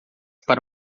para